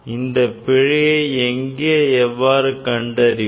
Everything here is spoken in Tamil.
இந்தப் பிழையை எங்கே எவ்வாறு கண்டறிவது